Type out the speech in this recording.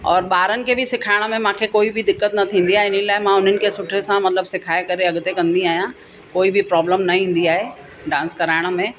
और ॿारनि खे बि सेखारण में मूंखे कोई बि दिक़त न थींदी आहे इन लाइ मां उन्हनि खे सुठे सां मतिलबु सेखारे करे अॻिते कंदी आहियां कोई बि प्रॉब्लम न ईंदी आहे डांस कराइण में